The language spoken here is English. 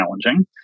challenging